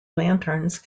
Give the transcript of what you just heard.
lanterns